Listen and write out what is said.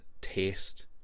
taste